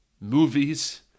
movies